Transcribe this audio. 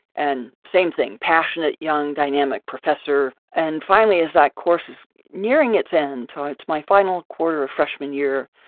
and same thing, passionate, young, dynamic professor. and finally, as that course is nearing its end towards my final quarter of freshman year,